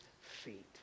feet